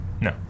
No